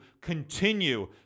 continue